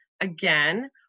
Again